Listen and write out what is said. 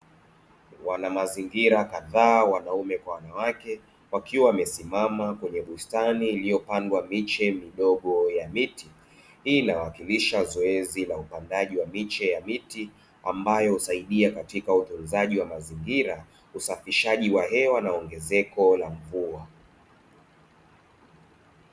Wanamazingira kadhaa wanaume kwa wanawake wakiwa wamesimama kwenye bustani iliyopandwa miche midogo ya miti. Hii inawakilisha zoezi la upandaji wa miche ya miti ambayo husaidia katika utunzaji wa mazingira na usafishaji wa hewa na ongezeko la mvua.